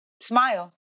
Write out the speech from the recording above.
Smile